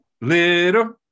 Little